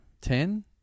Ten